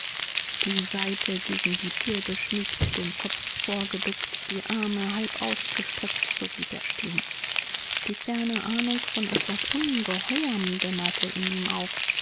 die seite gegen die tür geschmiegt den kopf vorgeduckt die arme halb ausgestreckt so blieb er stehen die ferne ahnung von etwas ungeheuerm dämmerte in ihm auf